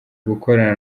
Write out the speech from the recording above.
gukorana